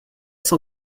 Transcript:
cent